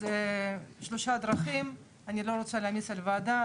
אז יש שלוש דרכים, אני לא רוצה להעמיס על הוועדה.